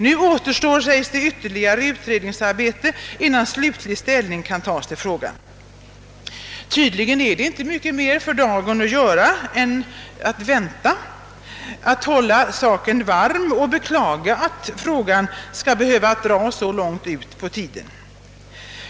Nu återstår, sägs det, »ytterligare utredningsarbete innan slutlig ställning kan tas till frågan». Tydligen är det inte mycket mer att göra för dagen än att vänta och hålla saken varm, under beklagande av att det hela skall behöva dra så långt ut på tiden.